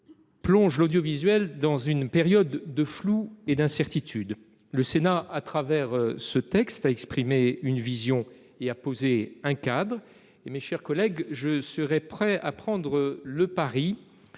plonge l'audiovisuel dans une période de flou et d'incertitude. Le Sénat, au travers de ce texte, a exprimé une vision et posé un cadre. Mes chers collègues, je suis prêt à prendre le pari